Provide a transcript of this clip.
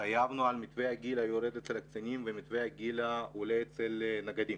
התחייבנו על מתווה הגיל היורד אצל הקצינים ומתווה הגיל העולה אצל נגדים.